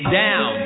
down